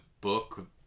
book